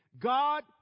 God